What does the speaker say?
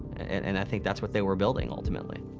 and and i think that's what they were building, ultimately.